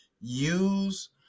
Use